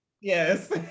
Yes